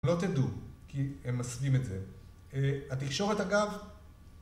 לא תדעו, כי הם מסווים את זה. התקשורת אגב...